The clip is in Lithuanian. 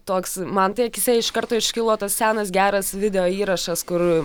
toks man tai akyse iš karto iškilo tas senas geras video įrašas kur